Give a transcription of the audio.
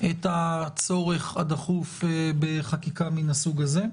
את הצורך הדחוף בחקיקה מן הסוג הזה.